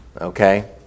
okay